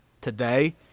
today